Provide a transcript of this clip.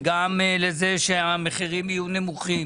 וגם לזה שהמחירים יהיו נמוכים,